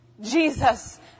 Jesus